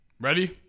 ready